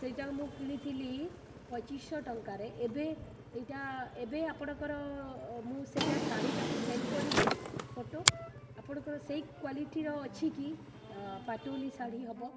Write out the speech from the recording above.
ସେଇଟା ମୁଁ କିଣିଥିଲି ପଚିଶଶହ ଟଙ୍କାରେ ଏବେ ଏଇଟା ଏବେ ଆପଣଙ୍କର ମୁଁ ସେଇଟା ଶାଢୀଟିକୁ ସେଣ୍ଡ୍ କରିବି ଫଟୋ ଆପଣଙ୍କର ସେଇ କ୍ବାଲିଟିର ଅଛି କି ପାଟୋଲି ଶାଢ଼ୀ ହେବ